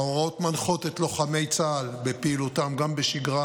ההוראות מנחות את לוחמי צה"ל בפעילותם גם בשגרה